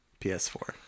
PS4